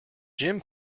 jim